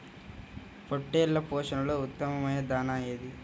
పొట్టెళ్ల పోషణలో ఉత్తమమైన దాణా ఏది?